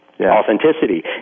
authenticity